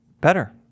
better